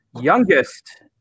youngest